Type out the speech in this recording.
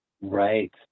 Right